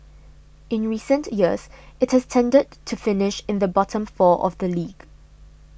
in recent years it has tended to finish in the bottom four of the league